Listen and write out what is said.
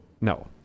No